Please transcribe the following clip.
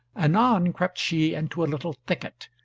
anon crept she into a little thicket,